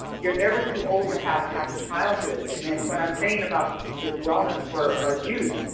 you're never too old to have a happy childhood. and what i'm saying about this wellness for our youth,